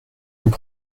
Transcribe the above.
faut